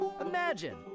Imagine